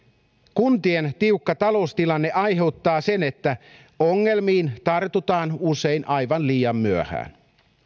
kuntien tiukka taloustilanne aiheuttaa sen että ongelmiin tartutaan usein aivan liian myöhään